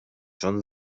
schon